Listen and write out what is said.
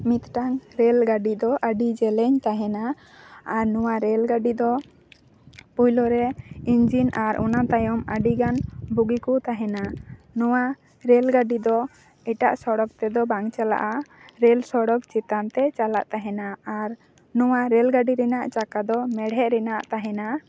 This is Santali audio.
ᱢᱤᱫᱴᱟᱝ ᱨᱮᱞ ᱜᱟᱹᱰᱤ ᱫᱚ ᱟᱹᱰᱤ ᱡᱮᱞᱮᱝ ᱛᱟᱦᱮᱸᱱᱟ ᱟᱨ ᱱᱚᱣᱟ ᱨᱮᱞ ᱜᱟᱹᱰᱤ ᱫᱚ ᱯᱳᱭᱞᱳ ᱨᱮ ᱤᱧᱡᱤᱱ ᱟᱨ ᱚᱱᱟ ᱛᱟᱭᱚᱢ ᱟᱹᱰᱤᱜᱟᱱ ᱵᱩᱜᱤ ᱠᱚ ᱛᱟᱦᱮᱸᱱᱟ ᱱᱚᱣᱟ ᱨᱮᱞ ᱜᱟᱹᱰᱤ ᱫᱚ ᱮᱴᱟᱜ ᱥᱚᱲᱚᱠ ᱛᱮᱫᱚ ᱵᱟᱝ ᱪᱟᱞᱟᱜᱼᱟ ᱨᱮᱞ ᱥᱚᱲᱚᱠ ᱪᱮᱛᱟᱱᱛᱮ ᱪᱟᱞᱟᱜ ᱛᱟᱦᱮᱸᱱᱟ ᱟᱨ ᱱᱚᱣᱟ ᱨᱮᱞ ᱜᱟᱹᱰᱤ ᱨᱮᱱᱟᱜ ᱪᱟᱠᱟ ᱫᱚ ᱢᱮᱲᱦᱮᱰ ᱨᱮᱱᱟᱜ ᱛᱟᱦᱮᱸᱱᱟ